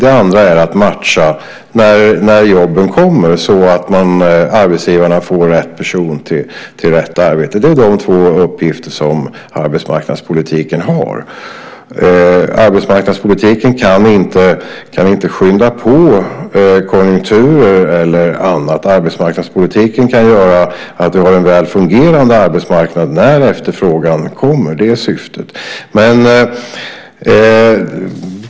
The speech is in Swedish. Det andra är att matcha när jobben kommer så att arbetsgivarna får rätt person till rätt arbete. Det är de två uppgifter som arbetsmarknadspolitiken har. Arbetsmarknadspolitiken kan inte skynda på konjunkturer eller annat. Arbetsmarknadspolitiken kan göra att vi har en väl fungerande arbetsmarknad när efterfrågan kommer. Det är syftet.